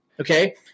Okay